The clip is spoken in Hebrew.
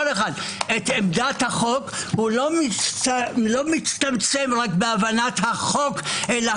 בפני כל אחד את עמדת החוק הוא לא מצטמצם רק בהבנת החוק אלא